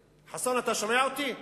חסון, אתה שומע אותי?